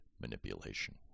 manipulation